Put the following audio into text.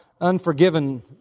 unforgiven